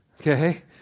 Okay